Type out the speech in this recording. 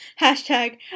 Hashtag